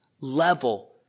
level